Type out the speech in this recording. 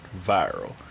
viral